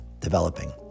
developing